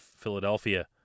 Philadelphia